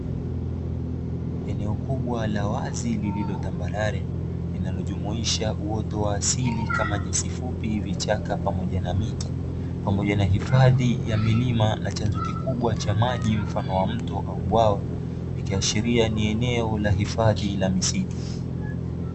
Eneo kubwa la wazi lililo tambarare linalojumuisha uoto wa asili kama nyasi fupi, vichaka pamoja na miti pamoja na hifadhi ya milima na chanzo kikubwa cha maji mfano wa mto au bwawa ikiashiria ni eneo la hifadhi la misitu.